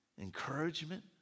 encouragement